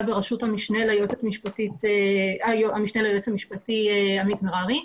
בראשות המשנה ליועץ המשפטי עמית מררי.